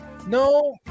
No